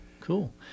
Cool